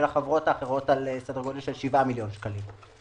ולחברות האחרות סדר גודל של 7 מיליון שקל.